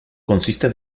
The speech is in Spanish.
consiste